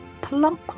plump